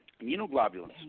Immunoglobulins